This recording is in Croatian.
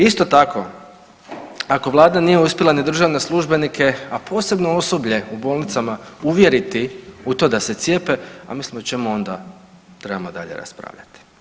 Isto tako ako vlada nije uspjela ni državne službenike, a posebno osoblje u bolnicama uvjeriti u to da se cijepe, mislim o čemu onda trebamo dalje raspravljati.